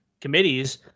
committees